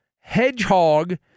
hedgehog